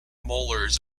molars